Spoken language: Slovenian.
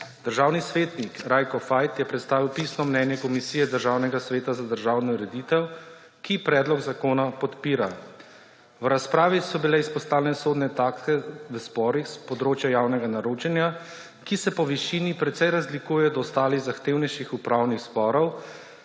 Državni svetnik Rajko Fajt je predstavil pisno mnenje Komisije Državnega sveta za državno ureditev, ki predlog zakona podpira. V razpravi so bile izpostavljene sodne takse v sporih s področja javnega naročanja, ki se po višini precej razlikuje od ostalih, zahtevnejših upravnih sporov,